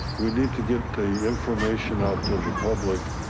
we need to get the information out to the public